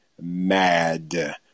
mad